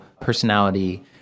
personality